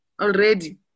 already